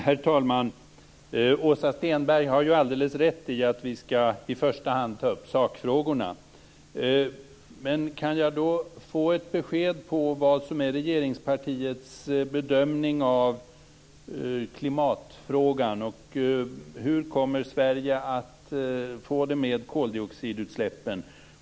Herr talman! Åsa Stenberg har alldeles rätt i att vi i första hand skall ta upp sakfrågorna. Men kan jag då få ett besked om vad som är regeringspartiets bedömning av klimatfrågan? Hur kommer Sverige att få det med koldioxidutsläppen?